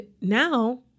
now